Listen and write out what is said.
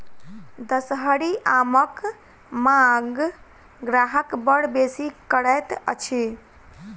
दसहरी आमक मांग ग्राहक बड़ बेसी करैत अछि